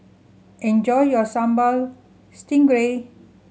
enjoy your Sambal Stingray